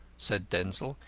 said denzil.